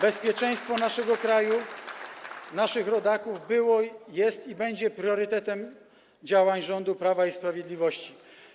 Bezpieczeństwo naszego kraju, naszych rodaków było, jest i będzie priorytetem działań rządu Prawa i Sprawiedliwości.